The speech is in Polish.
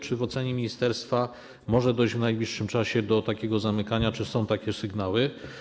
Czy w ocenie ministerstwa może dojść w najbliższym czasie do ich zamykania, czy są takie sygnały?